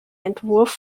entwurf